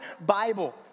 Bible